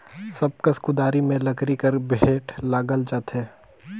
सब कस कुदारी मे लकरी कर बेठ लगाल जाथे